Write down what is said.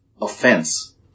offense